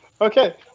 Okay